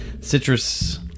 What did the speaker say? citrus